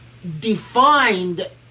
defined